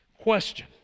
Question